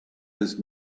his